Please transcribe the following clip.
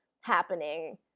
happening